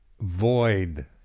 void